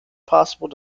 possible